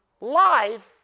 life